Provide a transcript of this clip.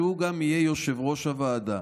שיהיה גם יושב-ראש הוועדה,